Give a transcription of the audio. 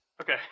Okay